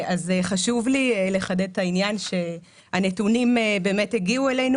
חשוב לחדד את העניין שהנתונים הגיעו אלינו.